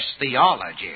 theology